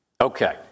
okay